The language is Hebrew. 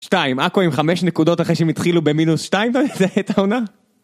שתיים, עכו עם חמש נקודות אחרי שהם התחילו במינוס שתיים, זה הייתה העונה?